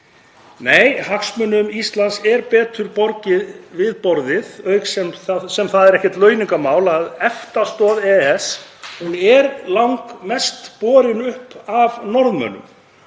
Nei. Hagsmunum Íslands er betur borgið við borðið auk þess sem það er ekkert launungarmál að EFTA-stoð EES er langmest borin upp af Norðmönnum.